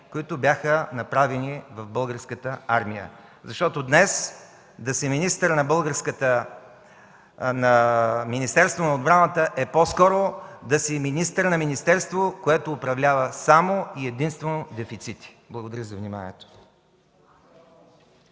които бяха направени в Българската армия. Защото днес да си министър на отбраната е по-скоро да си министър на министерство, което управлява само и единствено дефицити. Благодаря за вниманието.